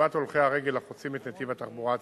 לטובת הולכי הרגל החוצים את נתיב התחבורה הציבורית.